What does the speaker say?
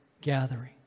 gathering